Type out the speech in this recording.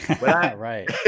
right